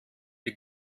die